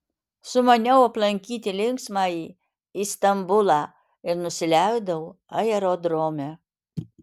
sumaniau aplankyti linksmąjį istambulą ir nusileidau aerodrome